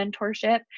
mentorship